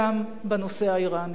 גם בנושא האירני.